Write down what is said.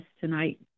tonight